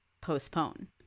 postpone